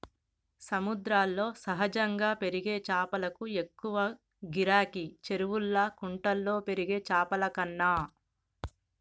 సముద్రాల్లో సహజంగా పెరిగే చాపలకు ఎక్కువ గిరాకీ, చెరువుల్లా కుంటల్లో పెరిగే చాపలకన్నా